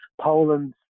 Poland